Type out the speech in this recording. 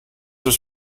was